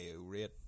rate